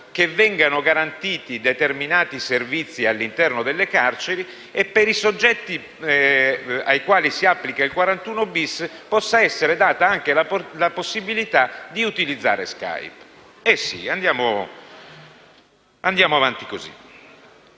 che vengano garantiti determinati servizi all'interno delle carceri e che, ai soggetti ai quali si applica il 41-*bis*, sia data la possibilità di utilizzare Skype. E sia, andiamo avanti così!